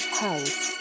house